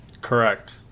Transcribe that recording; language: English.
Correct